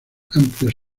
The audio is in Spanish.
amplios